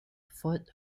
foot